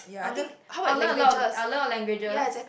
I'll just I'll learn a lot of a lot of languages